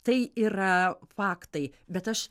tai yra faktai bet aš